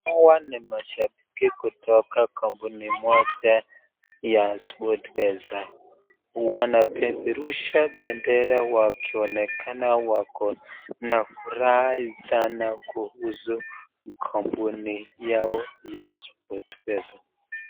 Hawa ni mashabiki kutoka kampuni moja ya sport pesa wanapeperusha pendera wakioneka wako furaha sana kuuzu kampuni yao ya sport pesa.